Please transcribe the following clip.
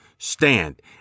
stand